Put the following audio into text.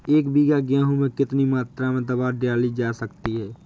एक बीघा गेहूँ में कितनी मात्रा में दवा डाली जा सकती है?